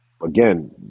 again